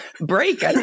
break